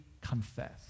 confess